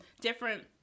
different